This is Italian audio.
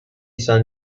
san